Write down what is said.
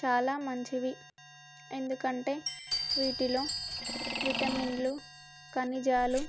చాలా మంచివి ఎందుకంటే వీటిలో విటమిన్లు ఖనిజాలు